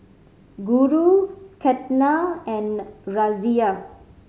Guru Ketna and Razia